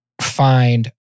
find